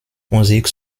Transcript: musik